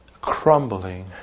crumbling